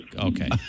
Okay